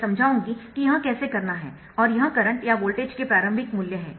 मैं समझाऊंगी कि यह कैसे करना है और यह करंट या वोल्टेज के प्रारंभिक मूल्य है